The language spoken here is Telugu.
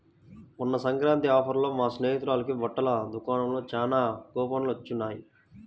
మొన్న సంక్రాంతి ఆఫర్లలో మా స్నేహితురాలకి బట్టల దుకాణంలో చానా కూపన్లు వొచ్చినియ్